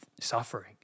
suffering